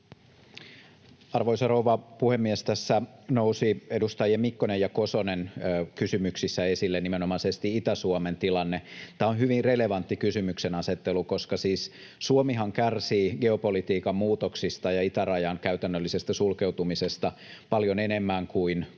Arvoisa rouva puhemies! Tässä nousi edustajien Mikkonen ja Kosonen kysymyksissä esille nimenomaisesti Itä-Suomen tilanne. Tämä on hyvin relevantti kysymyksenasettelu, koska siis Suomihan kärsii geopolitiikan muutoksista ja itärajan käytännöllisestä sulkeutumisesta paljon enemmän kuin moni